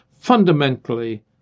fundamentally